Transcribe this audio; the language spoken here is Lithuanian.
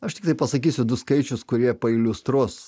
aš tiktai pasakysiu du skaičius kurie pailiustruos